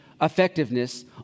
effectiveness